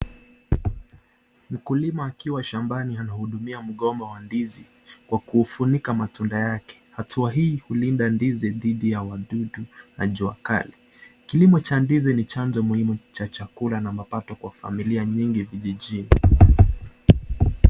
Mkulima akiwa shambani anaudumia mgomba wa ndizi kwa kufunika matunda yake, hatua hii hulinda ndizi dhidi ya wadudu na jua kali. Kilimo cha ndizi ni chanjo muhimu ya chakula na mapato kwa familia mingi vijijini.